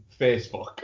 Facebook